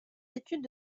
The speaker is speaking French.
études